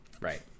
right